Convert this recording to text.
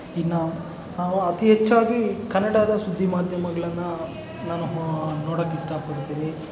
ಇನ್ನು ನಾವು ಅತೀ ಹೆಚ್ಚಾಗಿ ಕನ್ನಡದ ಸುದ್ದಿ ಮಾಧ್ಯಮಗಳನ್ನು ನಾನು ನೋಡೋಕ್ಕೆ ಇಷ್ಟಪಡ್ತೀನಿ